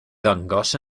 ddangos